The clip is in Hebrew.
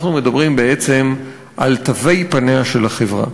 אנחנו מדברים בעצם על תווי פניה של החברה.